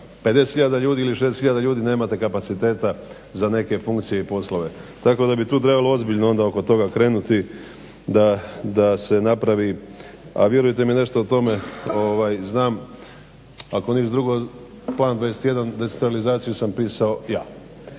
50 ili 60 tisuća ljudi, nemate kapaciteta za neke funkcije i poslove. Tako da bi tu trebalo ozbiljno onda oko toga krenuti da se napravi, a vjerujte mi nešto o tome znam, ako ništa drugo, Plan 21 decentralizaciju sam pisao ja.